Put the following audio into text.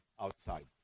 outside